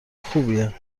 خوبیه